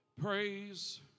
praise